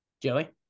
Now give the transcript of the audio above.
Joey